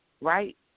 right